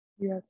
Yes